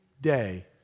day